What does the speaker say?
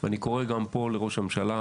ואני קורא גם פה לראש הממשלה,